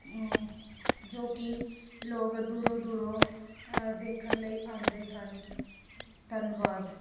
ਜੋ ਕਿ ਲੋਕ ਦੂਰੋਂ ਦੂਰੋਂ ਦੇਖਣ ਲਈ ਆਉਂਦੇ ਹਨ ਧੰਨਵਾਦ